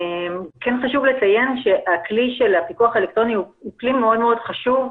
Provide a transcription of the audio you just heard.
כן חשוב לציין שהכלי של הפיקוח האלקטרוני הוא כלי מאוד-מאוד חשוב.